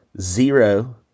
zero